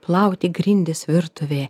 plauti grindis virtuvėje